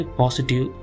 positive